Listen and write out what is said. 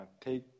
take